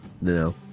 No